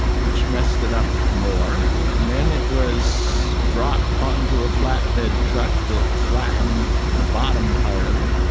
which messed it up more. and then it was dropped onto a flatbed truck that flattened the bottom part of it.